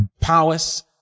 powers